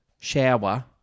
shower